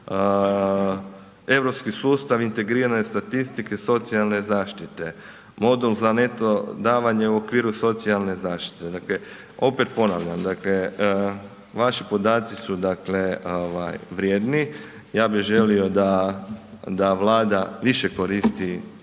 Europski sustav integrirane statistike, socijalne zaštite, model za neto davanje u okviru socijalne zaštite. Dakle opet ponavljam, dakle vaši podaci su dakle vrijedni, ja bih želio da Vlada više koristi